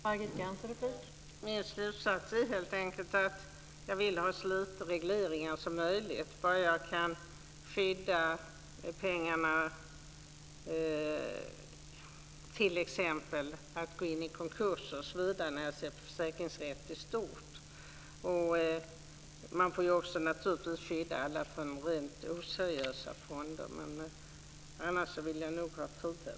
Fru talman! Min slutsats är helt enkelt att jag vill ha så lite regleringar som möjligt, bara jag kan skydda pengarna t.ex. mot att försvinna in i konkurser, osv. Jag ser på försäkringsrätt i stort. Man får naturligtvis skydda alla från rent oseriösa fonder, men annars vill jag nog ha friheten.